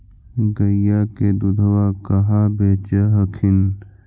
गईया के दूधबा कहा बेच हखिन?